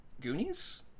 Goonies